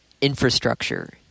infrastructure